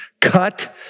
cut